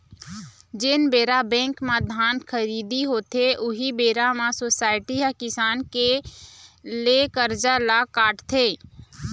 जेन बेरा बेंक म धान खरीदी होथे, उही बेरा म सोसाइटी ह किसान के ले करजा ल काटथे